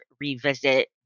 revisit